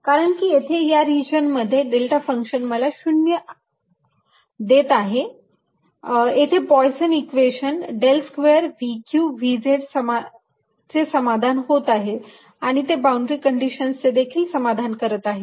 कारण की येथे या रिजन मध्ये डेल्टा फंक्शन मला 0 देत आहे येथे Poisson equation Poisson's equation del square Vq Vz समाधान होत आहे आणि ते बाउंड्री कंडिशनचे देखील समाधान करत आहे